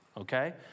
okay